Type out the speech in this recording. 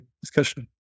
discussion